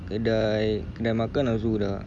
kedai kedai makan lepas tu dah